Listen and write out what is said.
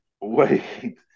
Wait